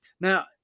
Now